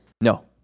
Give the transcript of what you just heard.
No